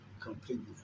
completely